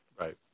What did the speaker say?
Right